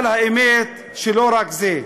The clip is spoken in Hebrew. אבל האמת שלא רק זה.